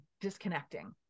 disconnecting